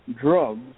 drugs